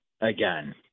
again